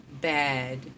bad